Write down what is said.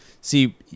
See